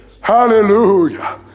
hallelujah